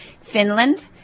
Finland